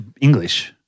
English